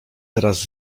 teraz